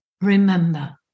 remember